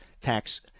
tax